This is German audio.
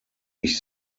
ich